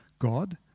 God